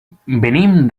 venim